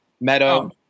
Meadow